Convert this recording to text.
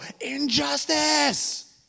Injustice